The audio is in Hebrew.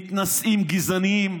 מתנשאים, גזענים,